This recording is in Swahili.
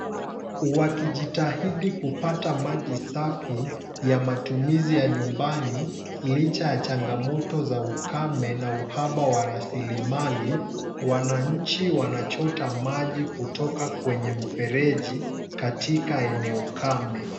Wakijitahidi kupata maji safi ya matumizi ya nyumbani licha ya changamoto za ukame na uhaba wa rasilimali, wananchi wanachota maji kutoka kwenye mfereji katika eneo kame.